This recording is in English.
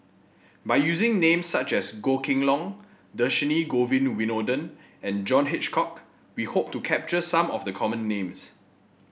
by using names such as Goh Kheng Long Dhershini Govin Winodan and John Hitchcock we hope to capture some of the common names